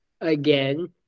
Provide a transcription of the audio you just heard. again